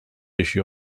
issue